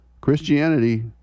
Christianity